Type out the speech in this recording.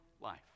life